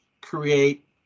create